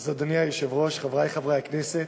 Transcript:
אדוני היושב-ראש, חברי חברי הכנסת,